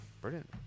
brilliant